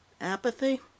Apathy